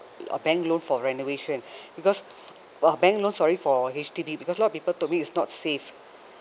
a bank loan for renovation because uh bank loan sorry for H_D_B because lot of people told me it's not safe